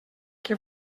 què